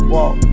Walk